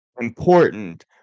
important